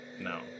No